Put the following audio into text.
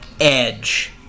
edge